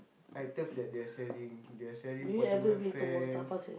items that they are selling they are selling portable fans